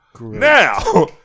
Now